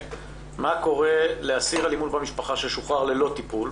קורה לאסיר אלימות במשפחה ששוחרר ללא טיפול,